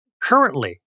currently